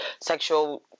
sexual